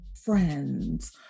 Friends